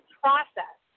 process